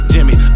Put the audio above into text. Jimmy